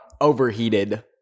overheated